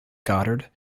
goddard